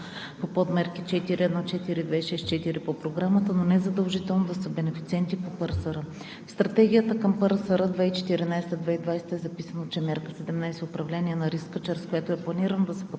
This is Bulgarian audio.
по подмерки 4.1, 4.2 и 6.4 по Програмата, но не е задължително да са бенефициенти по ПРСР. В Стратегията към ПРСР 2014 – 2020 г. е записано, че Мярка 17 – „Управление на риска“, чрез която е планирано да се подпомагат